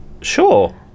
Sure